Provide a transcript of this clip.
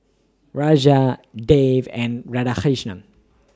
Raja Dev and Radhakrishnan